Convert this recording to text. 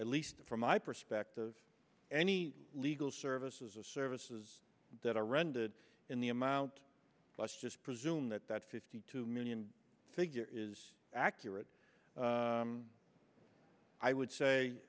at least from my perspective any legal services a server that i rented in the amount let's just presume that that fifty two million figure is accurate i would say